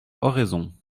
oraison